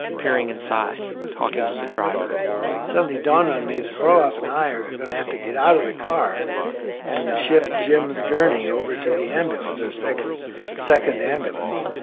peering inside, talking with the driver suddenly, it dawned on me that orloff and i are going to have to get out of the car and shift jim's gurney over to the ambulance the so like second ambulance.